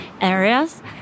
areas